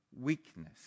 weakness